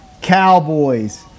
Cowboys